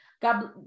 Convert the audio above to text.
God